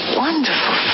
wonderful